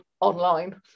online